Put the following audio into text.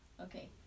okay